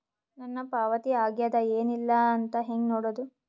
ನನ್ನ ಪಾವತಿ ಆಗ್ಯಾದ ಏನ್ ಇಲ್ಲ ಅಂತ ಹೆಂಗ ನೋಡುದು?